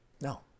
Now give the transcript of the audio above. No